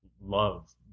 love